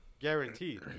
Guaranteed